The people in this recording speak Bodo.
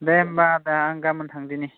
दे होमबा आदा आं गाबोन थांदिनि